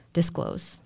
disclose